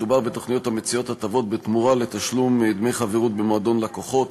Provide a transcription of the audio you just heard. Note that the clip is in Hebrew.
מדובר בתוכניות המציעות הטבות בתמורה לתשלום דמי חברות במועדון לקוחות,